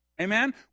Amen